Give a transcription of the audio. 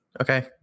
okay